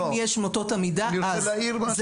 אם יש מוטות עמידה, אז.